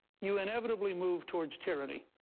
you inevitably move towards tyranny,